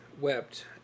wept